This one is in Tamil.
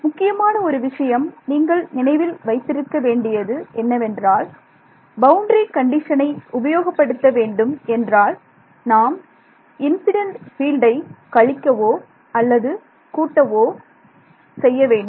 முக்கியமான ஒரு விஷயம் நீங்கள் நினைவில் வைத்திருக்க வேண்டியது என்னவென்றால் பவுண்டரி கண்டிஷனை உபயோகப்படுத்த வேண்டும் என்றால் நாம் இன்சிடென்ட் ஃபீல்டை கழிக்கவோ அல்லது கூட்டவோ செய்ய வேண்டும்